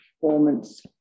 performance